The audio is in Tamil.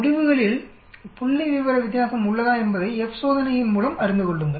முடிவுகளில் புள்ளிவிவர வித்தியாசம் உள்ளதா என்பதை F சோதனையின் மூலம் அறிந்து கொள்ளுங்கள்